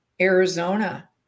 Arizona